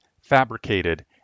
fabricated